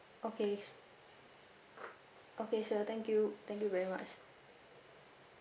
okay okay sure thank you thank you very much